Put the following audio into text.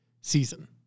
season